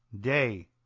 day